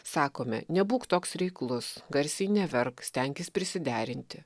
sakome nebūk toks reiklus garsiai neverk stenkis prisiderinti